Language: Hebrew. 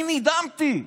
אני נדהמתי.